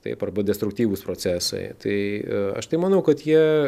taip arba destruktyvūs procesai tai aš tai manau kad jie